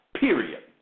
period